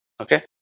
Okay